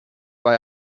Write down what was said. war